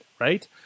right